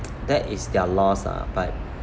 that is their loss ah but